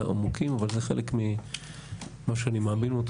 עמוקים, אבל זה חלק ממה שאני מאמין בו.